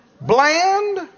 bland